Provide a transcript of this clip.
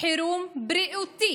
חירום בריאותי,